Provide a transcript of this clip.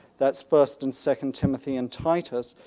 that's first and second timothy and titus.